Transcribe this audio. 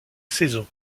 saison